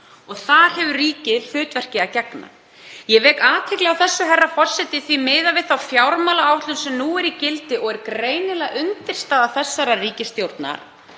Þar hefur ríkið hlutverki að gegna. Ég vek athygli á þessu, herra forseti, því miðað við þá fjármálaáætlun sem nú er í gildi, og er greinilega undirstaða þessarar ríkisstjórnar,